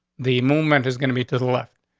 the movement is gonna be to the left.